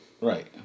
Right